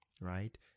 right